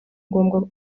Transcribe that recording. ngombwa